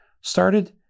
started